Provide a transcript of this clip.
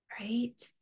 right